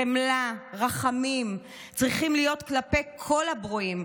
חמלה ורחמים צריכים להיות כלפי כל הברואים,